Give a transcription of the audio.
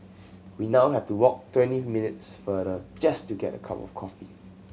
we now have to walk twenty minutes farther just to get a cup of coffee